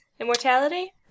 Immortality